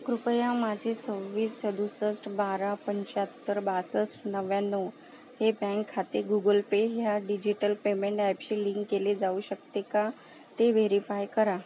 कृपया माझे सव्वीस सदुसष्ट बारा पंचाहत्तर बासष्ट नव्व्याण्णव हे बँक खाते गुगल पे ह्या डिजिटल पेमेंट ॲपशी लिंक केले जाऊ शकते का ते व्हेरीफाय करा